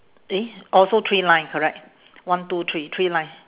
eh also three line correct one two three three line